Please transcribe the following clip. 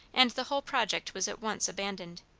and the whole project was at once abandoned.